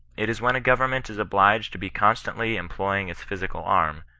it is when a government is obliged to be con stantly employing its physical arm,